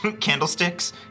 candlesticks